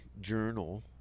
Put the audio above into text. journal